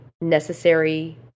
necessary